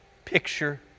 Picture